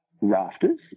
rafters